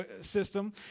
system